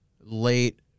late